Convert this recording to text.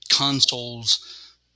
consoles